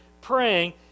praying